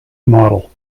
model